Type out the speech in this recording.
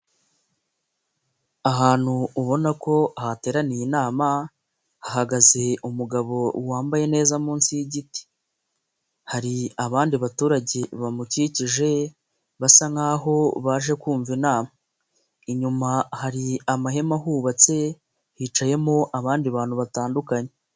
Ahantu ubona ko hateraniye inama hahagaze umugabo wambaye neza munsi y'igiti, hari abandi baturage bamukikije basa nkaho baje kumva inama, inyuma hari amahema ahubatse hicayemo abandi bantu batandukanye.